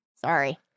sorry